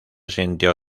sintió